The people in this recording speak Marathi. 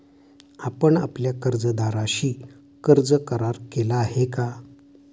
आपण आपल्या कर्जदाराशी कर्ज करार केला आहे का?